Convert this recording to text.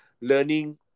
learning